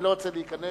ואני לא רוצה להיכנס,